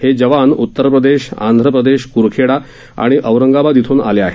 हे जवान उतर प्रदेश आंध प्रदेश क्रखेडा आणि औरंगाबाद इथून आले आहेत